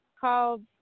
called